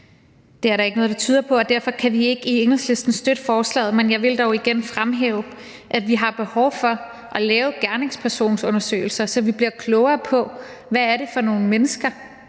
derfor kan vi ikke i Enhedslisten støtte forslaget. Men jeg vil dog igen fremhæve, at vi har behov for at lave gerningspersonsundersøgelser, så vi bliver klogere på, hvad det er for nogle mennesker,